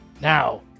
Now